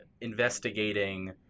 investigating